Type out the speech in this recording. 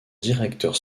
directeur